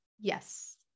Yes